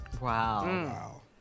Wow